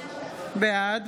בעד